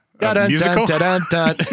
Musical